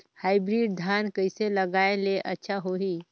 Hybrid धान कइसे लगाय ले अच्छा होही?